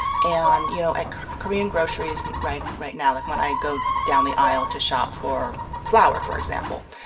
and, you know, at korean groceries and right right now, like, when i go down the aisle to shop for flour, for example,